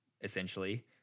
essentially